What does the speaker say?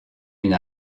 une